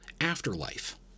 afterlife